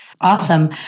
Awesome